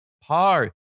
par